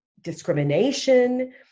discrimination